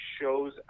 shows